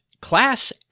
class